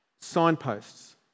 signposts